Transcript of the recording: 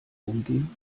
umgehen